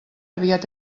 aviat